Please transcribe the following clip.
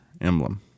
emblem